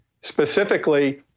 specifically